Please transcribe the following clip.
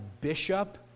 bishop